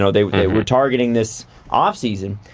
so they they were targeting this off-season.